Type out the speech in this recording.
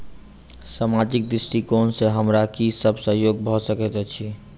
सामाजिक दृष्टिकोण सँ हमरा की सब सहयोग भऽ सकैत अछि?